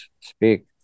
speak